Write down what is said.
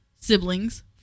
siblings